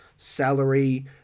salary